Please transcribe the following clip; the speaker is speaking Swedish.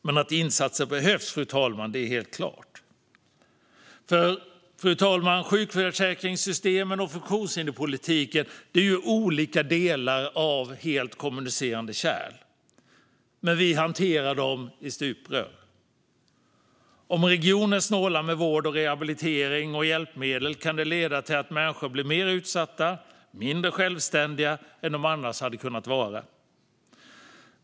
Men att insatser behövs är helt klart. Fru talman! Sjukförsäkringssystemen och funktionshinderspolitikens olika delar är kommunicerande kärl, men vi hanterar dem i stuprör. Om regioner snålar med vård, rehabilitering och hjälpmedel kan det leda till att människor blir mer utsatta och mindre självständiga än de annars hade varit.